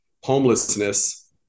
homelessness